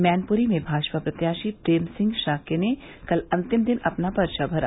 मैनपुरी में भाजपा प्रत्याशी प्रेम सिंह शाक्य ने कल अंतिम दिन अपना पर्चा भरा